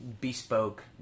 bespoke